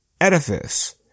edifice